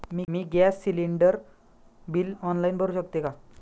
मी gas cylinder bill online भरु शकते का?